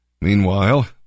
Meanwhile